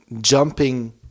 jumping